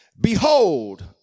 behold